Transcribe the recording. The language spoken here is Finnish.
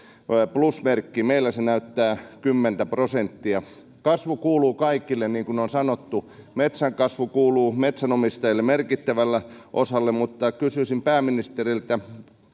plusmerkkiä meillä se näyttää kymmentä prosenttia kasvu kuuluu kaikille niin kuin on sanottu metsän kasvu kuuluu metsänomistajille merkittävälle osalle mutta kysyisin pääministeriltä